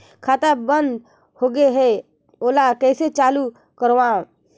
खाता बन्द होगे है ओला कइसे चालू करवाओ?